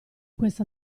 questa